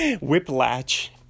Whiplash